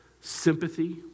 sympathy